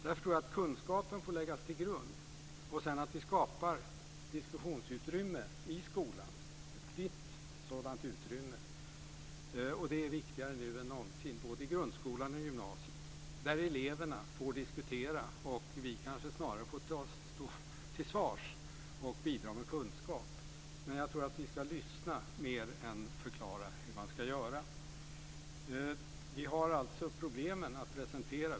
Därför tror jag att kunskapen får läggas till grund och att vi sedan skapar diskussionsutrymme i skolan, ett vitt sådant utrymme. Och det är viktigare nu än någonsin, både i grundskolan och i gymnasiet, att eleverna får diskutera och vi kanske snarare får stå till svars och bidra med kunskap. Men jag tror att vi ska lyssna mer än förklara hur man ska göra. Vi har alltså problemen att presentera.